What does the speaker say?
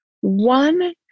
One